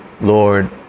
lord